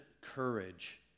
courage